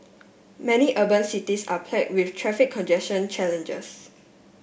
many urban cities are plague with traffic congestion challenges